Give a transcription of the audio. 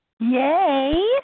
Yay